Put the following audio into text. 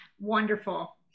Wonderful